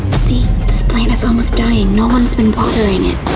see this plant is almost dying. no one's been watering it.